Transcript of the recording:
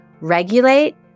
Regulate